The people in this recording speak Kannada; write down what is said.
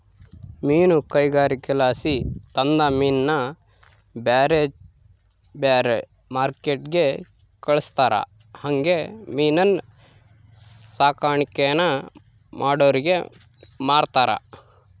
ಮೀನುಗಾರಿಕೆಲಾಸಿ ತಂದ ಮೀನ್ನ ಬ್ಯಾರೆ ಬ್ಯಾರೆ ಮಾರ್ಕೆಟ್ಟಿಗೆ ಕಳಿಸ್ತಾರ ಹಂಗೆ ಮೀನಿನ್ ಸಾಕಾಣಿಕೇನ ಮಾಡೋರಿಗೆ ಮಾರ್ತಾರ